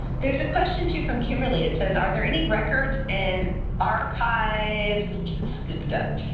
there's a question too from kimberly. it says are there any records in archives oops. it scooped up.